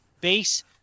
base